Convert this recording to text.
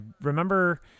remember